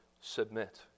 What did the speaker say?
submit